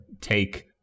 take